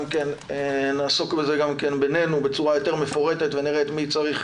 כן נעסוק בזה גם בינינו בצורה יותר מפורטת ונראה מי צריך